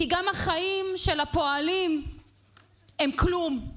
כי גם החיים של הפועלים הם כלום.